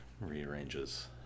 rearranges